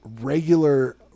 regular